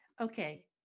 Okay